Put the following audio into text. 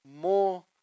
more